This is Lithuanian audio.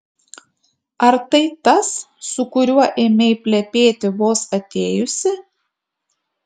ar tai tas su kuriuo ėmei plepėti vos atėjusi